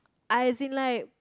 I as in like